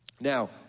Now